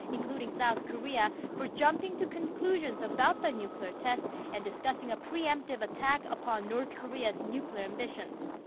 including south korea, for jumping to conclusions about the nuclear test, and discussing a pre-emptive attack upon north korea's nuclear ambitions.